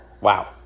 Wow